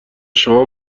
شما